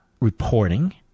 reporting